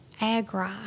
Agri